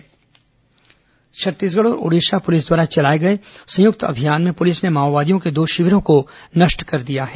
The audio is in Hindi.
माओवादी घटना छत्तीसगढ़ और ओडिशा पुलिस द्वारा चलाए गए संयुक्त अभियान में पुलिस ने माओवादियों के दो शिविरों को नष्ट कर दिया है